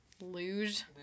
Luge